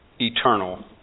eternal